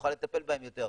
שנוכל לטפל בהם יותר.